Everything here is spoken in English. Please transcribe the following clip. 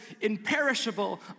imperishable